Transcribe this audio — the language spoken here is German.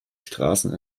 straßen